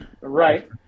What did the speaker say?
Right